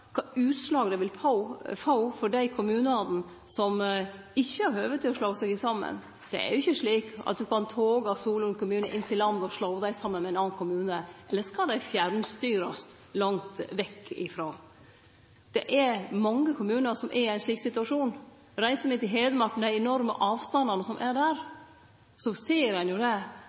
kva utslag det vil få for dei kommunane som ikkje har høve til å slå seg saman. Det er jo ikkje slik at ein kan taue Solund kommune inn til land og slå han saman med ein annan kommune – eller skal dei fjernstyrast langt vekk frå? Det er mange kommunar som er i ein slik situasjon. Reiser me til Hedmark, med dei enorme avstandane som er der, ser ein at det